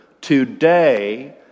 today